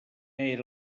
era